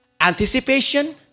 anticipation